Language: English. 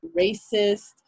racist